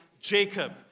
Jacob